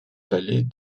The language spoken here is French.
vallée